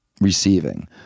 receiving